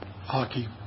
hockey